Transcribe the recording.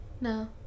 No